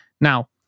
Now